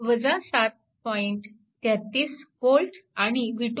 33 V आणि v2 5